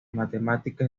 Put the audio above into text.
matemáticas